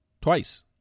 twice